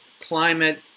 climate